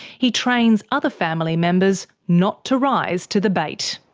he trains other family members not to rise to the bait.